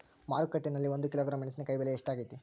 ಮಾರುಕಟ್ಟೆನಲ್ಲಿ ಒಂದು ಕಿಲೋಗ್ರಾಂ ಮೆಣಸಿನಕಾಯಿ ಬೆಲೆ ಎಷ್ಟಾಗೈತೆ?